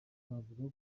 twavuga